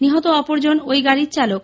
নিহত অপরজন ওই গাড়ির চালক